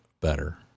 better